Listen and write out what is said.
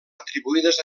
atribuïdes